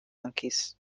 monkeys